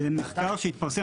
זה מחקר שהתפרסם,